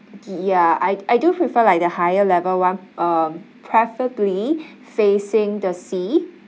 ya I I do prefer like the higher level [one] um preferably facing the sea